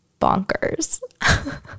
bonkers